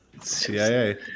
CIA